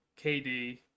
KD